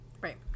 Right